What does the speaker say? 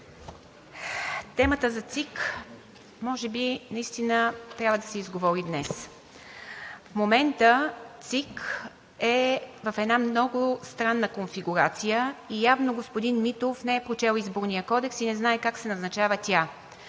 Темата за ЦИК може би наистина трябва да се изговори днес. В момента ЦИК е в една много странна конфигурация и явно господин Митов не е прочел Изборния кодекс и не знае как се назначава тя.